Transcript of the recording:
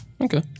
okay